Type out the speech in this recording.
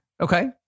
okay